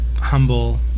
humble